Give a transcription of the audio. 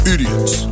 Idiots